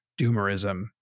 doomerism